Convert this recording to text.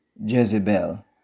Jezebel